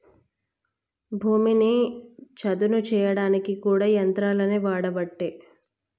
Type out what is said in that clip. భూమిని చదును చేయడానికి కూడా యంత్రాలనే వాడబట్టే